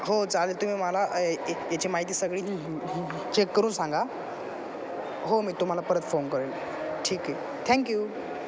हो चालेल तुम्ही मला ये याची माहिती सगळी चेक करून सांगा हो मी तुम्हाला परत फोन करेल ठीक आहे थँक्यू